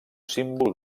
símbol